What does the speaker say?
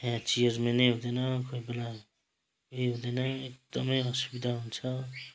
ह्या चियरम्यानै हुँदैन कोही बेला उयो हुँदैन एकदमै असुविधा हुन्छ